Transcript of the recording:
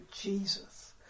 Jesus